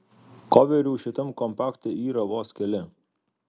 koverių šitam kompakte yra vos keli